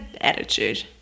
attitude